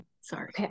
sorry